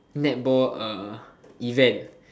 netball event